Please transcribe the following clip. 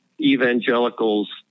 evangelicals